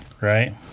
Right